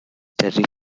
terrific